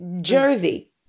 jersey